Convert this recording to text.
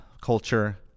culture